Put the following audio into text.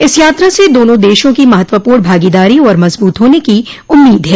इस यात्रा से दोनों देशों की महत्वपूर्ण भागीदारी और मजबूत होने की उम्मीद है